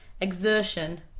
exertion